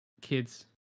kids